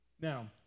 Now